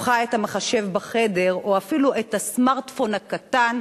הפכו את המחשב בחדר, או אפילו את הסמארטפון הקטן,